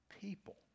people